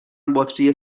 باتری